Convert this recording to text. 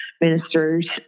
ministers